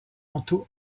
mentaux